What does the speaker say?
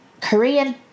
Korean